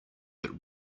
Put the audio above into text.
but